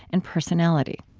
and personality